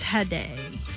today